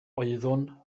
oeddwn